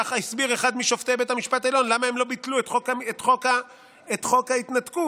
כך הסביר אחד משופטי בית המשפט העליון למה הם לא ביטלו את חוק ההתנתקות: